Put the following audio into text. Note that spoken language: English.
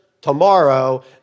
tomorrow